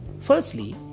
Firstly